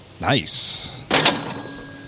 Nice